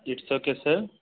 its okay sir